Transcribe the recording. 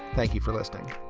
thank you for listening